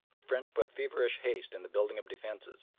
the french put feverish haste in the building of defences,